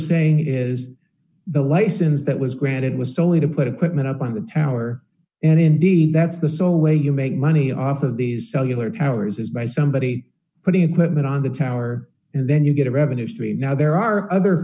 saying is the license that was granted was only to put equipment up by the tower and indeed that's the sole way you make money off of these cellular towers is by somebody putting equipment on the tower and then you get a revenue stream now there are other